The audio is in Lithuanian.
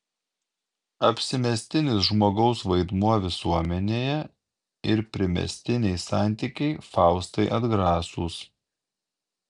apsimestinis žmogaus vaidmuo visuomenėje ir primestiniai santykiai faustai atgrasūs